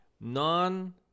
non